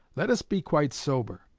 let us be quite sober.